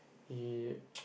he